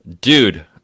Dude